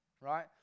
right